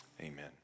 Amen